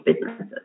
businesses